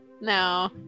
No